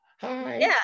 hi